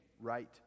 right